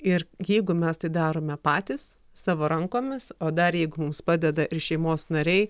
ir jeigu mes tai darome patys savo rankomis o dar jeigu mums padeda ir šeimos nariai